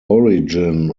origin